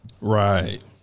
Right